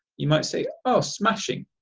you might say oh, smashing!